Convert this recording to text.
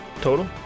Total